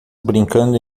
brincando